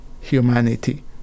humanity